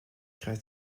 cria